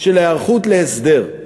של היערכות להסדר.